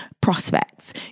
prospects